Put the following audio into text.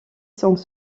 sans